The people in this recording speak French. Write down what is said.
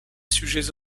sujets